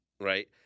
right